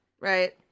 right